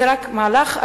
זה רק המהלך הראשוני.